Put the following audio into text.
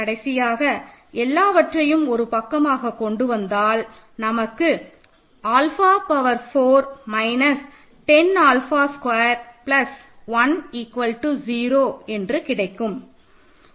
கடைசியாக எல்லாவற்றையும் ஒரு பக்கமாக கொண்டு வந்தால் நமக்கு alpha power 4 minus 10 alpha square plus 1 0 என்று கிடைக்கும்